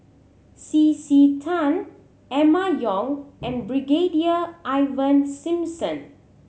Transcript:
C C Tan Emma Yong and Brigadier Ivan Simson